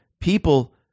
People